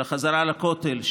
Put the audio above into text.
של החזרה לכותל,